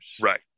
Right